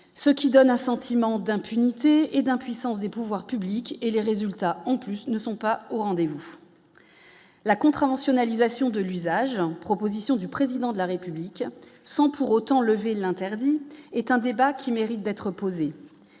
ce qui donne un sentiment d'impunité et d'impuissance des pouvoirs publics et les résultats en plus ne sont pas au rendez-vous, la contravention analyse Sion de l'usage, proposition du président de la République, sans pour autant lever l'interdit est un débat qui mérite d'être posée,